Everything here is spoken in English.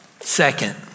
Second